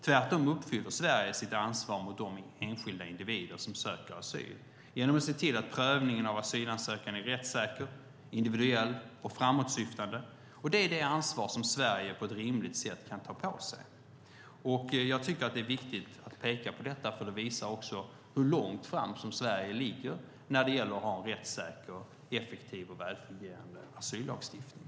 Tvärtom uppfyller Sverige sitt ansvar mot de enskilda individer som söker asyl genom att se till att prövningen av asylansökan är rättssäker, individuell och framåtsyftande. Det är det ansvar Sverige på ett rimligt sätt kan ta på sig. Jag tycker att det är viktigt att peka på detta, för det visar också hur långt fram Sverige ligger när det gäller att ha en rättssäker, effektiv och välfungerande asyllagstiftning.